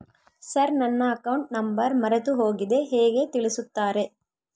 Sir ನನ್ನ account number ಮರೆತುಹೋಗಿದೆ ಹೇಗೆ ತಿಳಿಸುತ್ತಾರೆ?